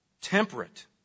temperate